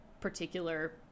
particular